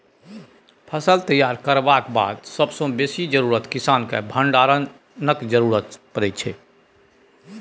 फसल तैयार करबाक बाद सबसँ बेसी जरुरत किसानकेँ भंडारणक जरुरत परै छै